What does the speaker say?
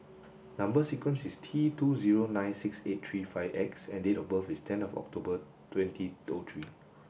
number sequence is T two zero nine six eight three five X and date of birth is ten of October twenty O three